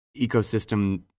ecosystem